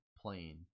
Plane